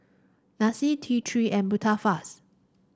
Pansy T Three and Tubifast